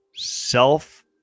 Self